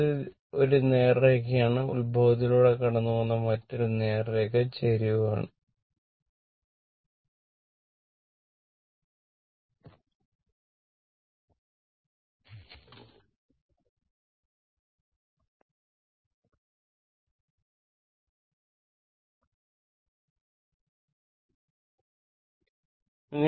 ഇത് ഒരു നേർരേഖയാണ് ഉത്ഭവത്തിലൂടെ കടന്നുപോകുന്ന മറ്റൊരു നേർരേഖ ചരിവ് നെഗറ്റീവ് ആണ്